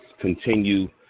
continue